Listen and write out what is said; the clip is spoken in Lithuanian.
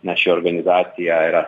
na ši organizacija yra